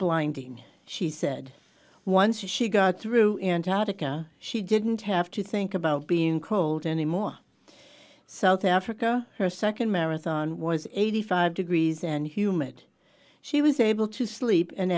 blinding she said once she got through antartica she didn't have to think about being cold anymore south africa her second marathon was eighty five degrees and humid she was able to sleep an